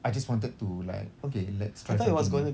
I just wanted to like okay let's try something new